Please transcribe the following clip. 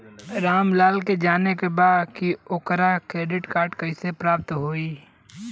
खरीद के अच्छी फसल के लिए मिट्टी में कवन खाद के प्रयोग होखेला?